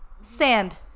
Sand